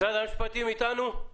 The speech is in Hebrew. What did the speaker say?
משרד המשפטים איתנו?